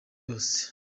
yose